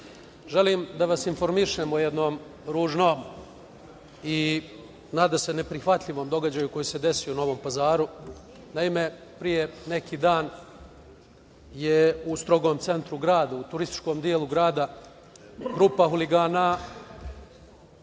želim da vas informišem o jednom ružnom i nadasve neprihvatljivom događaju koji se desio u Novom Pazaru. Naime, pre neki dan je u strogom centru grada, u turističkom delu grada, grupa huligana